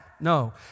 No